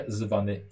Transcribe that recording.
zwany